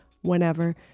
whenever